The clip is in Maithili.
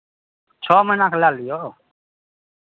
छओ महीनाके लए लियौ